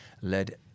led